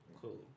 Cool